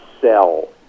sell